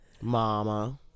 Mama